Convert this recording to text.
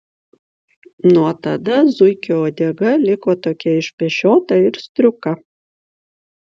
nuo tada zuikio uodega liko tokia išpešiota ir striuka